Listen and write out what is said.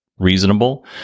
reasonable